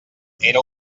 era